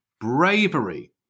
bravery